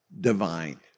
divine